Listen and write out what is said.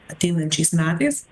ateinančiais metais